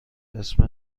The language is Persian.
اسم